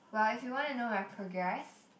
well if you want to know my progress